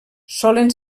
solen